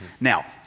Now